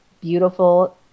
beautiful